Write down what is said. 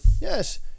yes